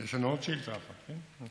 יש לנו עוד שאילתה אחת, כן?